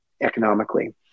economically